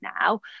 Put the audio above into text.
now